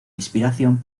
inspiración